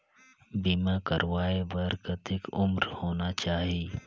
बीमा करवाय बार कतेक उम्र होना चाही?